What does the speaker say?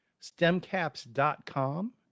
stemcaps.com